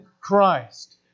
Christ